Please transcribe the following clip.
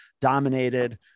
dominated